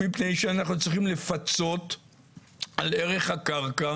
מפני שאנחנו צריכים לפצות על ערך הקרקע